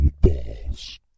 Balls